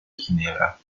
ginebra